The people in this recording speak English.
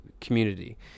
community